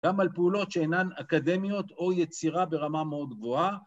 גם על פעולות שאינן אקדמיות או יצירה ברמה מאוד גבוהה.